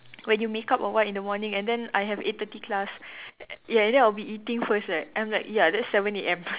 when you makeup or what in the morning and then I have eight thirty class yeah and then I'll be eating first right I'm like ya that's seven A_M